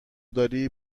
داری